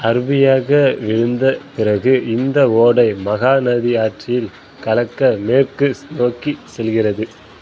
அருவியாக விழுந்த பிறகு இந்த ஓடை மகாநதி ஆற்றில் கலக்க மேற்கு நோக்கிச் செல்கிறது